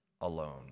alone